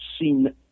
seen